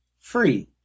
free